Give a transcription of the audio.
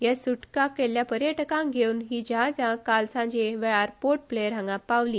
ह्या सुटका केल्ल्या पर्यटकांक घेवन ही जहाजा काल सांजे वेळार पोर्ट ब्लेयर हांगा पावली